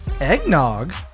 eggnog